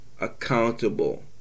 accountable